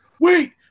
wait